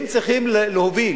הם צריכים להוביל,